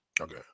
okay